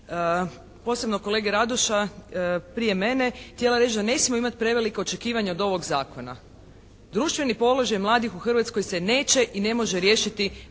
posebno kolege Radoša prije mene htjela reći da ne smijemo imati preveliko očekivanje od ovog zakona. Društveni položaj mladih u Hrvatskoj se neće i ne može riješiti